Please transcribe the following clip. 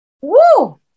Woo